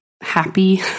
Happy